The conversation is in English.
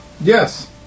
Yes